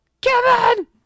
Kevin